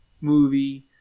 movie